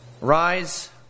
Rise